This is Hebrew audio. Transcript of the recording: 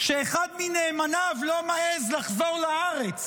שאחד מנאמניו לא מעז לחזור לארץ,